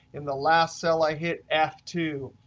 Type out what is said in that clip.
in the last cell i hit f two.